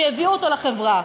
שהביאו אותו לחברה.